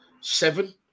seven